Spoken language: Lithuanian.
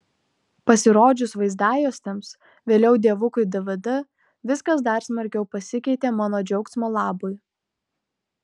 pasirodžius vaizdajuostėms vėliau dievukui dvd viskas dar smarkiau pasikeitė mano džiaugsmo labui